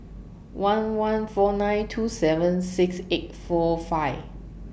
one one four nine two seven six eight four five